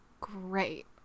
great